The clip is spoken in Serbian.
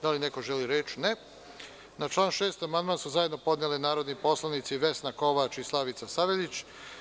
Da li neko želi reč? (Ne.) Na član 6. amandman su zajedno podnele narodni poslanici Vesna Kovač i Slavica Saveljić.